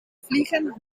vliegen